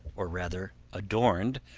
or rather adorned,